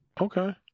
Okay